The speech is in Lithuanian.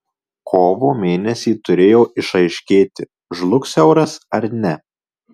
kovo mėnesį turėjo išaiškėti žlugs euras ar ne